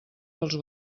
pels